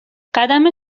قدم